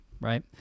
Right